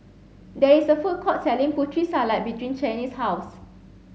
there is a food court selling Putri salad behind Chaney's house